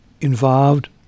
involved